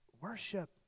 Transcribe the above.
worship